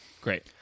great